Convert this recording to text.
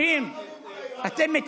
בעד ההסכם של איראן, אתם,